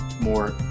more